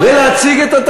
חבר הכנסת רוזנטל, תודה.